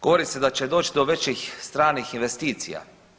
Govori se da će doći do većih stranih investicija.